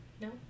No